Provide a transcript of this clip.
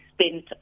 spent